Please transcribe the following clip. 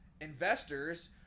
investors